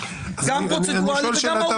גם פרוצדורלית וגם מהותית.